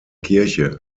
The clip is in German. kirche